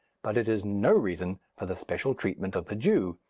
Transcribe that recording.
but it is no reason for the special treatment of the jew.